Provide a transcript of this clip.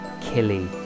Killy